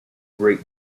great